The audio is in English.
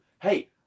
hey